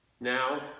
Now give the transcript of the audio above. Now